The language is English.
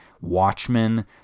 Watchmen